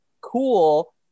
cool